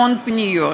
המון פניות,